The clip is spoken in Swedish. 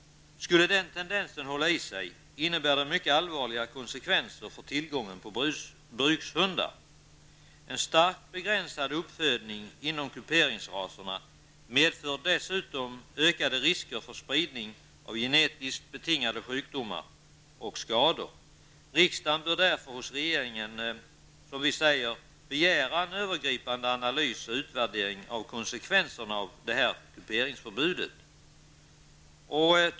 Skulle den tendensen hålla i sig, innebär det mycket allvarliga konsekvenser för tillgången på brukshundar. En starkt begränsad uppfödning inom kuperingsraserna medför dessutom ökade risker för spridning av genetiskt betingade sjukdomar och skador. Riksdagen bör därför hos regeringen begära en övergripande analys och utvärdering av konsekvenserna av svanskuperingsförbudet.